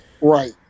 right